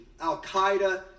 al-qaeda